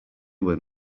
were